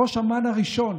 ראש אמ"ן הראשון